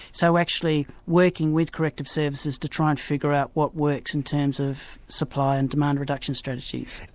so actually working with corrective services to try and figure out what works in terms of supply and demand reduction strategies.